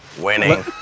Winning